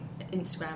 Instagram